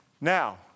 Now